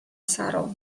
saro